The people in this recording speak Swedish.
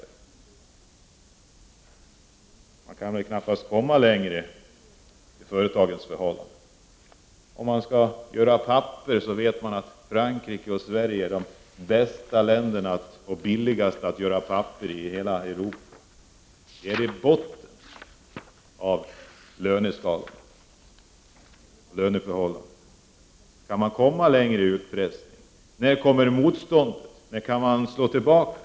Man kan väl knappast komma längre när det gäller företagens förhållanden. Om det skall tillverkas papper så vet man att Frankrike och Sverige är de länder där papper kan göras bäst och billigast i hela Europa. Där är det botten i fråga om löneförhållanden. Kan man komma längre i utpressning? När kommer motståndet? När kan vi slå tillbaka?